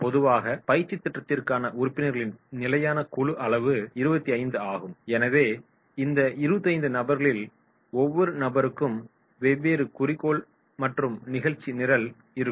பொதுவாக பயிற்சித் திட்டத்திற்கான உறுப்பினர்களின் நிலையான குழு அளவு 25 ஆகும் எனவே இந்த 25 நபர்களில் ஒவ்வொரு நபருக்கும் வெவ்வேறு குறிக்கோள் மற்றும் நிகழ்ச்சி நிரல் இருக்கும்